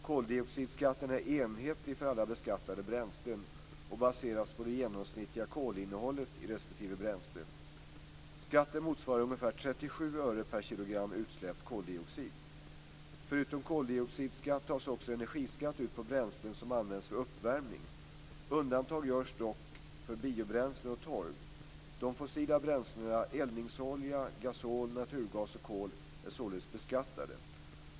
Koldioxidskatten är enhetlig för alla beskattade bränslen och baseras på det genomsnittliga kolinnehållet i respektive bränsle. Skatten motsvarar ungefär 37 öre per kilogram utsläppt koldioxid. Förutom koldioxidskatt tas också energiskatt ut på bränslen som används för uppvärmning. Undantag görs dock för biobränslen och torv. De fossila bränslena eldningsolja, gasol, naturgas och kol är således beskattade.